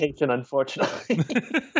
unfortunately